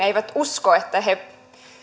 eivät usko että he